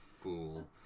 fool